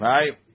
Right